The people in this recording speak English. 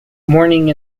morning